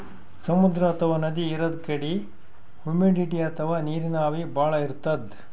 ಸಮುದ್ರ ಅಥವಾ ನದಿ ಇರದ್ ಕಡಿ ಹುಮಿಡಿಟಿ ಅಥವಾ ನೀರಿನ್ ಆವಿ ಭಾಳ್ ಇರ್ತದ್